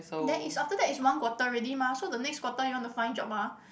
then is after that is one quarter already mah so the next quarter you want to find job ah